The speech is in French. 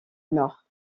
nord